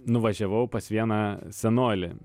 nuvažiavau pas vieną senolį